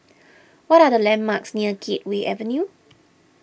what are the landmarks near Gateway Avenue